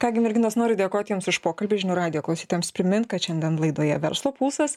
ką gi merginos noriu dėkoti jums už pokalbį žinių radijo klausytojams primint kad šiandien laidoje verslo pulsas